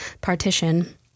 Partition